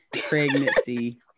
Pregnancy